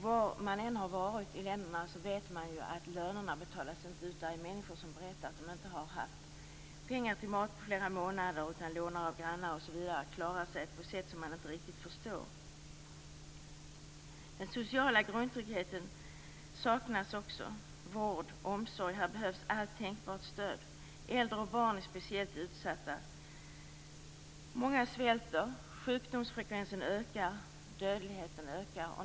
Var man än har varit i dessa länder har man fått veta att löner inte betalas ut. Människor berättar att de inte har haft pengar till mat på flera månader utan lånar av grannar osv. och klarar sig på ett sätt som man inte riktigt förstår. Den sociala grundtryggheten - vård och omsorg - saknas också. Här behövs allt tänkbart stöd. Äldre och barn är speciellt utsatta. Många svälter. Sjukdomsfrekvensen och dödligheten ökar.